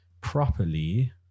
properly